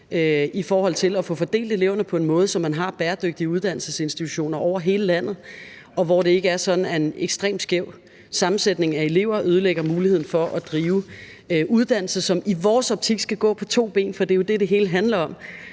i forhold til at få fordelt eleverne på en måde, så man har bæredygtige uddannelsesinstitutioner over hele landet, og hvor det ikke er sådan, at en ekstremt skæv sammensætning af elever ødelægger muligheden for at drive uddannelse, som i vores optik skal gå på to ben, for det er jo det, det hele handler om.